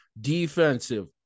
defensive